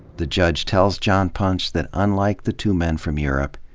the judge tells john punch that unlike the two men from europe,